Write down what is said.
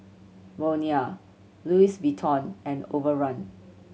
Bonia Louis Vuitton and Overrun